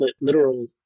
literal